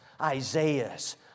Isaiahs